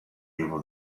even